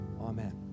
amen